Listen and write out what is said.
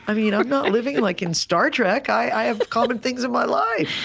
i'm you know not living like in star trek. i have common things in my life.